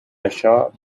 això